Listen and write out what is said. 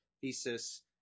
thesis